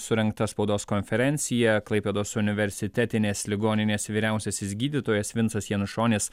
surengta spaudos konferencija klaipėdos universitetinės ligoninės vyriausiasis gydytojas vincas janušonis